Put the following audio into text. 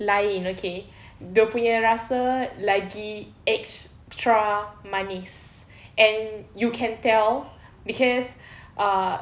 lain okay dia punya rasa lagi ex~ extra manis and you can tell cause uh